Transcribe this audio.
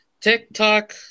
TikTok